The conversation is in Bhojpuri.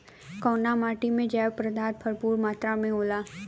कउना माटी मे जैव पदार्थ भरपूर मात्रा में होला?